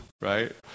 right